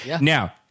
Now